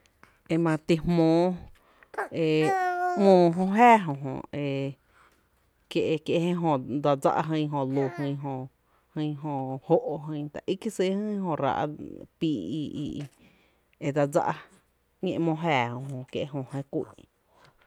E mare ti jmóó e ‘móó jö jää, jö jö ee kie’ e jö dse dsá’ jyn jö lu, jyn jö jó’, ta í kié’ sýý jyn jö ráá’ píí’ i i e dsa dsá’ ‘ñe ‘mó jää jó jó, kie’ jö jé ku’n.